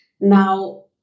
Now